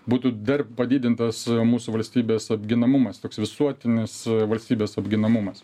būtų dar padidintas mūsų valstybės apginamumas toks visuotinis valstybės apginamumas